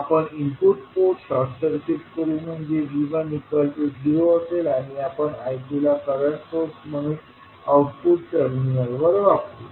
आपण input port short circuit करू म्हणजे V1 0असेल आणि आपण I2ला करंट सोर्स म्हणून आउटपुट टर्मिनलवर वापरू